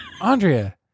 Andrea